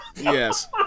Yes